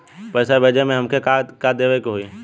पैसा भेजे में हमे का का देवे के होई?